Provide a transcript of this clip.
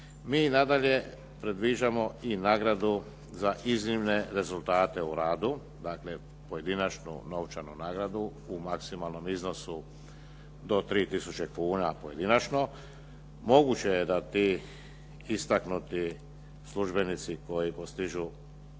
Mi nadalje previđamo i nagradu za iznimne rezultate u radu, dakle, pojedinačnu novčanu nagradu u maksimalnom iznosu do 3000 kuna pojedinačno, moguće je da ti istaknuti službenici koji postižu